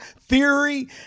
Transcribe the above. theory